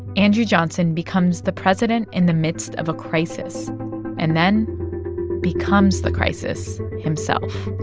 andrew johnson becomes the president in the midst of a crisis and then becomes the crisis himself